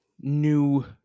new